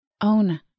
own